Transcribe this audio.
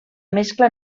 mescla